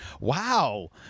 Wow